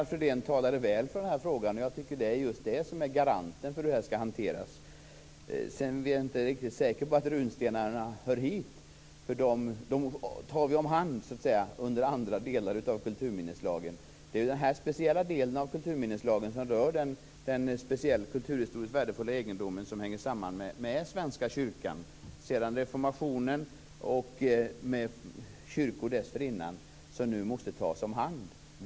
Fru talman! Jag välkomnar att Lennart Fridén talar väl för frågan. Det är en garant för hanteringen. Jag är dock inte riktigt säker på att runstenarna hör hit. De tas om hand inom ramen för andra delar av kulturminneslagen. Här handlar det om en speciell del av kulturminneslagen, som rör den kulturhistoriskt värdefulla egendom som hänger samman med Svenska kyrkan sedan reformationen och andra kyrkor dessförinnan. Denna egendom måste tas om hand.